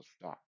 stop